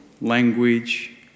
language